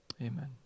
amen